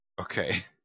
Okay